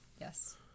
Yes